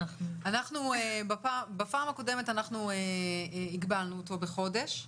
--- בפעם הקודמת אנחנו הגבלנו אותו בחודש.